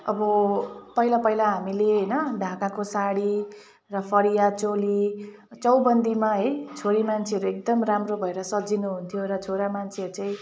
अब पहिला पहिला हामीले होइन ढाकाको साडी र फरिया चोली चौबन्दीमा है छोरी मान्छेहरूले एकदम राम्रो भएर सजिनु हुन्थ्यो र छोरा मान्छेहरू चाहिँ